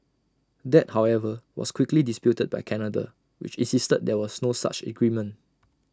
that however was quickly disputed by Canada which insisted that there was no such agreement